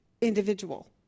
individual